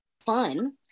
fun